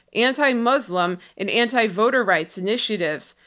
anti-muslim, and anti-voter rights initiatives,